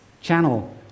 channel